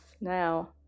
now